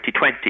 2020